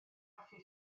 hoffi